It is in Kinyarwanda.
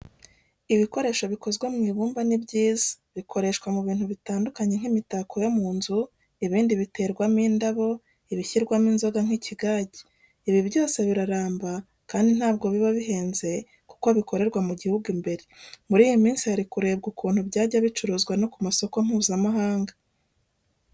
Ibikoresho bikozwe mu ibumba ni byiza, bikoreshwa mu bintu bitandukanye nk'imitako yo mu nzu, ibibindi biterwamo indabo, ibishyirwamo inzoga nk'ikigage, ibi byose biraramba kandi ntabwo biba bihenze kuko bikorerwa mu gihugu imbere. Muri iyi minsi hari kurebwa ukuntu byajya bicuruzwa no ku masoko mpuzamahanga.